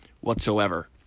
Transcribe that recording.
whatsoever